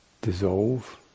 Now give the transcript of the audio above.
dissolve